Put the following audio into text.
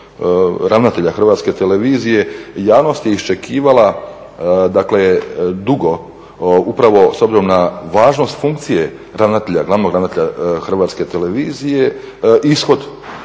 ravnatelja Hrvatske televizije javnost je iščekivala dakle dugo upravo s obzirom na važnost funkcije ravnatelja, glavnog ravnatelja Hrvatske televizije ishod